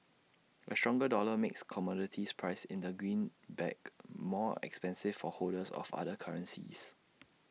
A stronger dollar makes commodities priced in the greenback more expensive for holders of other currencies